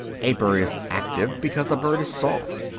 a bird is active, because a bird is soft.